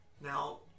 Now